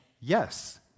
yes